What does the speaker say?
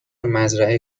مزرعه